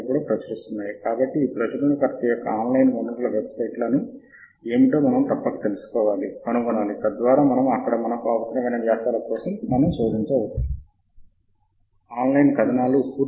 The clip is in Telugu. మనము అన్ని అంశాలను ఎంచుకున్న తర్వాత టాబ్ ఫార్మాట్ పై క్లిక్ చేయండి ఆపై సూచనలపై క్లిక్ చేసి ఈ అంశాలన్నింటినీ మనము సేకరించిన సమూహాన్ని కింద ఎంచుకోండి ఎగుమతి శైలిని ఎంచుకోండి ఆపై సేవ్ బటన్ పై క్లిక్ చేయండి